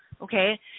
okay